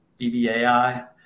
BBAI